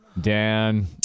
Dan